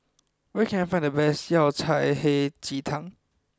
where can I find the best Yao Cai Hei Ji Tang